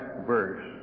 verse